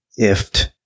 IFT